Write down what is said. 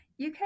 UK